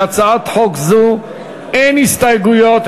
בהצעת חוק זו אין הסתייגויות.